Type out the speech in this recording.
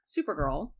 Supergirl